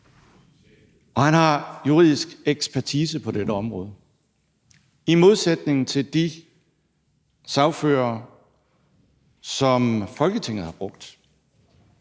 og han har juridisk ekspertise på dette område. I modsætning til de sagførere, som Folketinget har brugt,